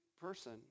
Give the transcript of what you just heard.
person